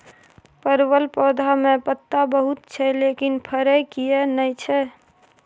परवल पौधा में पत्ता बहुत छै लेकिन फरय किये नय छै?